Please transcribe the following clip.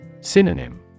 Synonym